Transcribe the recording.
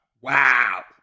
Wow